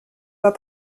pas